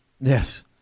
Yes